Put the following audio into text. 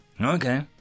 Okay